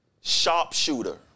sharpshooter